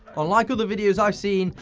unlike other videos i've seen,